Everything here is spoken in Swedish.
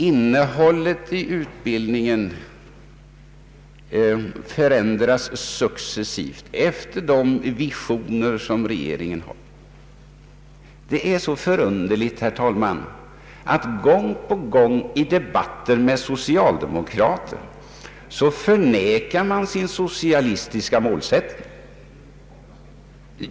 Innehållet i utbildningen förändras successivt efter de visioner som regeringen har. Det är så förunderligt, herr talman, att gång på gång i debatter med socialdemokrater förnekar de sin socialistiska målsättning.